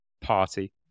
party